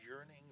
yearning